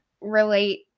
relate